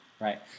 Right